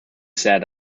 sat